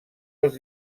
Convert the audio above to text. els